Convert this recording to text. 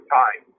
time